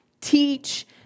teach